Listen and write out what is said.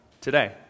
today